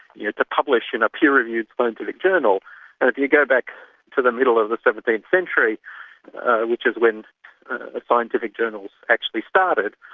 yeah to publish in a peer reviewed scientific journal. if you go back to the middle of the seventeenth century which is when the scientific journals actually started,